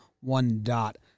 one-dot